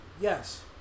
Yes